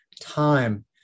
time